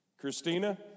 Christina